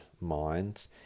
minds